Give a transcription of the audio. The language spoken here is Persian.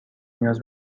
نیاز